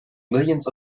millions